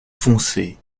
foncé